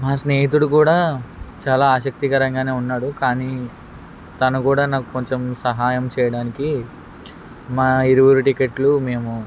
మా స్నేహితుడు కూడా చాలా ఆసక్తికరంగానే ఉన్నాడు కానీ తాను కూడా నాకు కొంచెం సహాయం చేయడానికి మా ఇరువురి టికెట్లు మేము